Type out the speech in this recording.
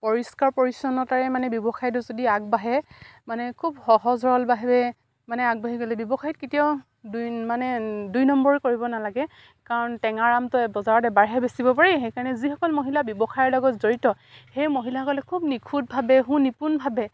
পৰিষ্কাৰ পৰিচ্ছন্নতাৰে মানে ব্যৱসায়টো যদি আগবাঢ়ে মানে খুব সহজ সৰলভাৱে মানে আগবাঢ়ি গ'লে ব্যৱসায়ত কেতিয়াও দুই মানে দুই নম্বৰ কৰিব নালাগে কাৰণ টেঙা আমটো বজাৰত এবাৰহে বেচিব পাৰি সেইকাৰণে যিসকল মহিলা ব্যৱসায়ৰ লগত জড়িত সেই মহিলাসকলে খুব নিখুঁতভাৱে সুনিপুণভাৱে